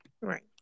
right